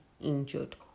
injured